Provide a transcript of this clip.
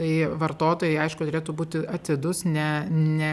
tai vartotojai aišku turėtų būti atidūs ne ne